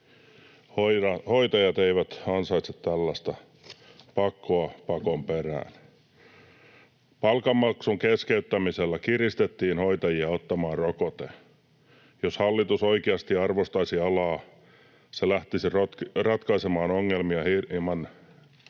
Hoitajat eivät ansaitse tällaista pakkoa pakon perään. Palkanmaksun keskeyttämisellä kiristettiin hoitajia ottamaan rokote. Jos hallitus oikeasti arvostaisi alaa, se lähtisi ratkaisemaan ongelmia hieman eri